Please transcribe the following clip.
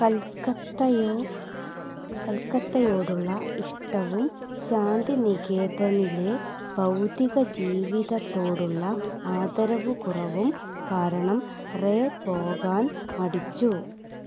കൽക്കത്തയോ കൽക്കത്തയോടുള്ള ഇഷ്ടവും ശാന്തിനികേതനിലെ ബൗദ്ധിക ജീവിതത്തോടുള്ള ആദരവ് കുറവും കാരണം റേ പോകാൻ മടിച്ചു